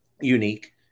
unique